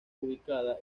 ubicada